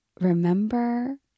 remember